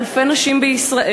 לאלפי נשים בישראל,